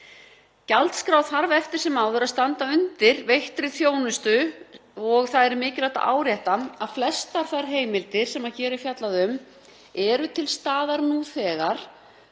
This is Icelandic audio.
Gjaldskrá þarf eftir sem áður að standa undir veittri þjónustu en mikilvægt er að árétta að flestar þær heimildir sem hér er fjallað um eru til staðar nú þegar